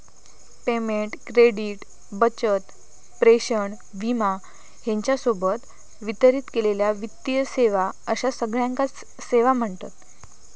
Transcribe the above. payment, credit, बचत, प्रेषण, विमा ह्येच्या सोबत वितरित केलेले वित्तीय सेवा अश्या सगळ्याकांच सेवा म्ह्णतत